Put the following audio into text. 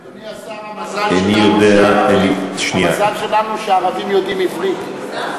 אדוני השר, המזל שלנו הוא שהערבים יודעים עברית.